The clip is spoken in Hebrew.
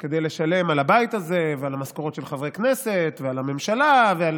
כדי לשלם על הבית הזה ועל המשכורות של חברי כנסת ועל הממשלה ועל